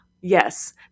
yes